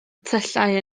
tyllau